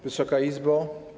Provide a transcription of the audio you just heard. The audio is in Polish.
Wysoka Izbo!